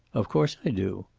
of course i do.